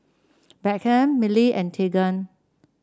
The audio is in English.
Beckham Millie and Tegan